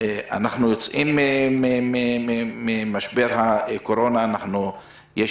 אנחנו יוצאים ממשבר הקורונה, יש